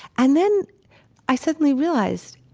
and then i suddenly realized,